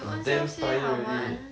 you ownself say 好玩